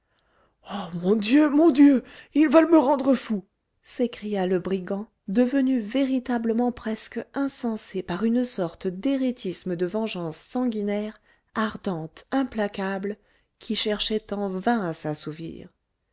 oh mon dieu mon dieu ils veulent me rendre fou s'écria le brigand devenu véritablement presque insensé par une sorte d'éréthisme de vengeance sanguinaire ardente implacable qui cherchait en vain à s'assouvir